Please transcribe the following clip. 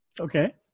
Okay